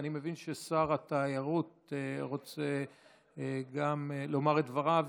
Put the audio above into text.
אני מבין ששר התיירות רוצה גם לומר את דבריו,